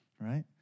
right